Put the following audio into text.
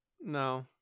No